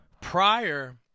Prior